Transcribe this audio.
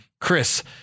Chris